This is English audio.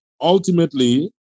ultimately